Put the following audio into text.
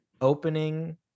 opening